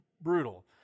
brutal